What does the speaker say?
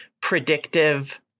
predictive